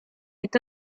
est